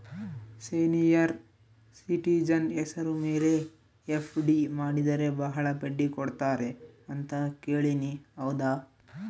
Senior citizen ಹೆಸರ ಮೇಲೆ FD ಮಾಡಿದರೆ ಬಹಳ ಬಡ್ಡಿ ಕೊಡ್ತಾರೆ ಅಂತಾ ಕೇಳಿನಿ ಹೌದಾ?